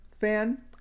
fan